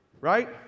right